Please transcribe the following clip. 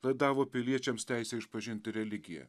laidavo piliečiams teisę išpažinti religiją